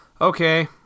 okay